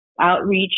outreach